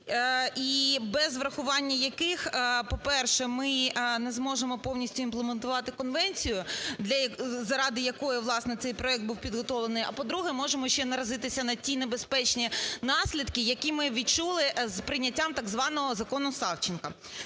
і без врахування яких, по-перше, ми не зможемо повністюімплементувати конвенцію, заради якої, власне, цей проект був підготовлений. А, по-друге, можемо ще наразитися на ті небезпечні наслідки, які ми відчули з прийняттям так званого закону Савченко.